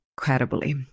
incredibly